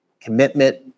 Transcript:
commitment